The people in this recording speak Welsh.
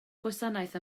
gwasanaeth